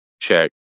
check